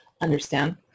understand